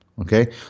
Okay